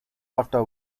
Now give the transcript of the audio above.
after